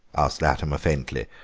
asked latimer faintly,